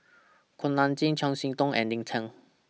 Kuak Nam Jin Chiam See Tong and Lin Chen